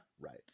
Right